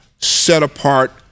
set-apart